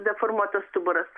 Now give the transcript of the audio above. deformuotas stuburas